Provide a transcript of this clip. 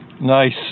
Nice